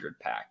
pack